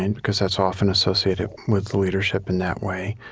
and because that's often associated with leadership in that way,